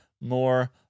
more